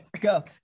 go